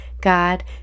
god